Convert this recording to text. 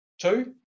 two